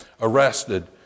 Arrested